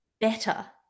better